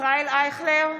ישראל אייכלר,